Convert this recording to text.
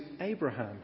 Abraham